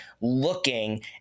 looking